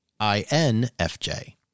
INFJ